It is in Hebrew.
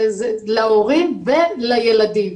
זה להורים ולילדים.